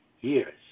years